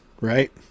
right